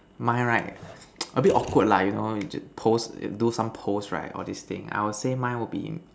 mine right a bit awkward lah you know pose do some pose right all this thing I would say mine would be